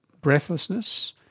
breathlessness